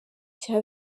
cya